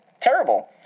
terrible